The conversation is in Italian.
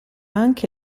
anche